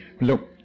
Look